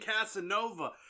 Casanova